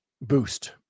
boost